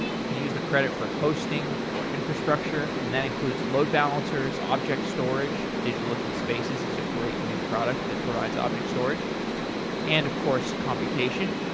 you can use the credit for hosting or infrastructure and that includes load balancers, object storage. digitalocean spaces is a great new product that provides object storage and, of course, computation.